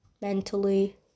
mentally